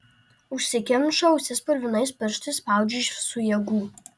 užsikemšu ausis purvinais pirštais spaudžiu iš visų jėgų